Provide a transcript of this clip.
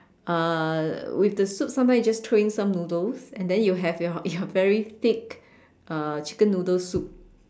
uh with the soup sometimes you just throw in some noodles and then you have your you're very thick uh chicken noodle soup